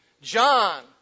John